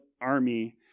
army